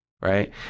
Right